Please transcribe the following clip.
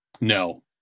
no